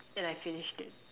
and I finished it